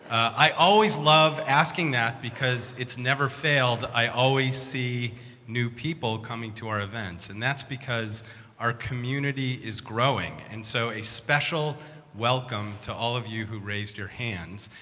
i always love asking that because it's never failed. i always see new people coming to our events. and that's because our community is growing, and so a special welcome to all of you who raised your hands,